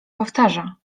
powtarza